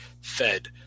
fed